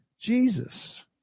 Jesus